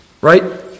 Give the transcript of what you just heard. Right